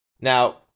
Now